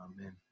amen